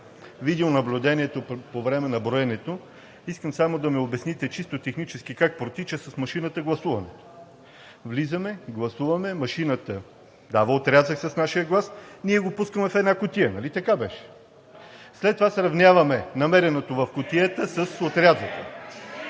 видеонаблюдението по време на броенето, искам само да ми обясните чисто технически как протича гласуването с машината. Влизаме, гласуваме, машината дава отрязък с нашия глас, ние го пускаме в една кутия. Нали така беше? След това сравняваме намереното в кутията с отрязъка.